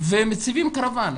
ומציבים קרוואן.